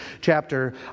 chapter